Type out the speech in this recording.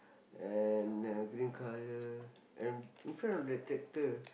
and a green color and in front of that tractor